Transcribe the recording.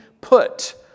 put